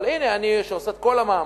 אבל הנה, אני, שעושה את כל המאמצים,